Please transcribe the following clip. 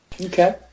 Okay